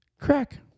Crack